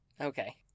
Okay